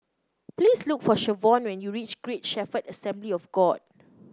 please look for Shavonne when you reach Great Shepherd Assembly of God